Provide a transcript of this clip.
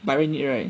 by right need right